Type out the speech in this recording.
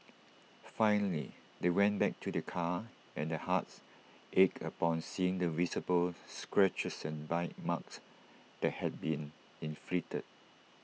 finally they went back to their car and their hearts ached upon seeing the visible scratches and bite marks that had been inflicted